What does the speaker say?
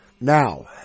Now